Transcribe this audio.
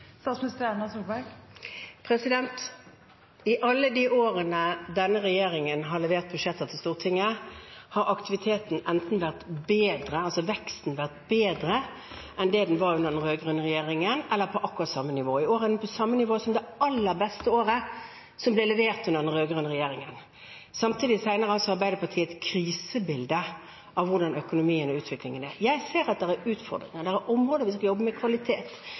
I alle de årene denne regjeringen har levert budsjetter til Stortinget, har aktiviteten – altså veksten – enten vært bedre enn det den var under den rød-grønne regjeringen, eller på akkurat samme nivå. I år er den på samme nivå som det en leverte det aller beste året under den rød-grønne regjeringen. Samtidig tegner Arbeiderpartiet et krisebilde av hvordan økonomien og utviklingen er. Jeg ser at det er utfordringer. Det er områder der vi skal jobbe med kvalitet.